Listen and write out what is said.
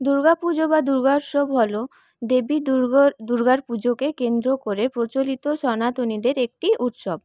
দুর্গাপুজো বা দুর্গা উৎসব হল দেবী দুর্গর দুর্গার পুজোকে কেন্দ্র করে প্রচলিত সনাতনীদের একটি উৎসব